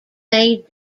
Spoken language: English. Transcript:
made